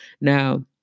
Now